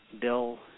Bill